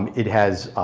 it has,